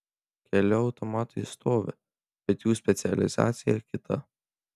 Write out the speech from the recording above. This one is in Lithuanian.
keli automatai stovi bet jų specializacija kita